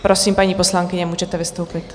Prosím, paní poslankyně, můžete vystoupit.